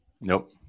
nope